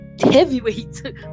Heavyweight